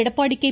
Edappadi K